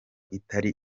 itari